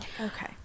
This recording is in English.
Okay